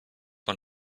man